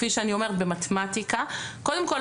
קודם כל,